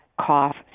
cough